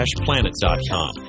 Planet.com